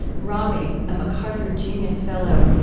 rami, a macarthur genius fellow,